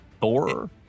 Thor